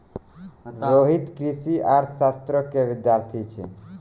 रोहित कृषि अर्थशास्त्रो के विद्यार्थी छै